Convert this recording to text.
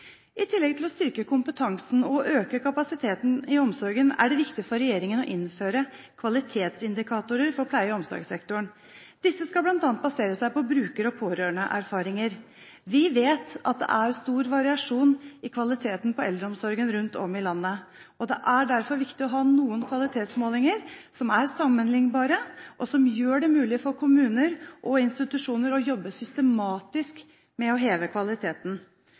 I tillegg til å styrke kompetansen og øke kapasiteten i omsorgen er det viktig for regjeringen å innføre kvalitetsindikatorer for pleie- og omsorgssektoren. Disse skal bl.a. basere seg på bruker- og pårørendeerfaringer. Vi vet at det er stor variasjon i kvaliteten på eldreomsorgen rundt om i landet, og det er derfor viktig å ha noen kvalitetsmålinger som er sammenliknbare, og som gjør det mulig for kommuner og institusjoner å jobbe systematisk med å heve kvaliteten.